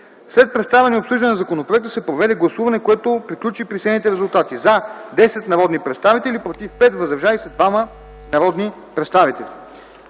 След представяне и обсъждане на законопроекта се проведе гласуване, което приключи при следните резултати: „за” – 10 народни представители, „против” – 5, „въздържали се” – 2 народни представители.